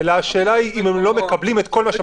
אלא השאלה היא אם הם לא מקבלים את הכול.